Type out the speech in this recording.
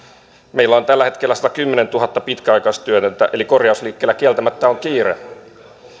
meillä on tällä hetkellä satakymmentätuhatta pitkäaikaistyötöntä eli korjausliikkeellä kieltämättä on kiire